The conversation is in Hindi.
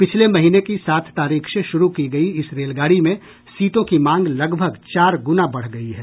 पिछले महीने की सात तारीख से शुरू की गई इस रेलगाड़ी में सीटों की मांग लगभग चार गुना बढ़ गई है